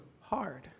hard